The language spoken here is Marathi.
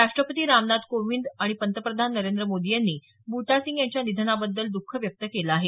राष्ट्रपती रामनाथ कोविंद आणि पंतप्रधान नरेंद्र मोदी यांनी बूटा सिंग यांच्या निधनाबद्दल दख व्यक्त केलं आहे